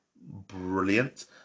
brilliant